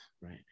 Right